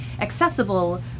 accessible